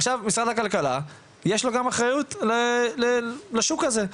עכשיו, משרד הכלכלה יש לו גם אחריות לשוק הזה.